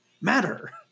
matter